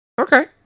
Okay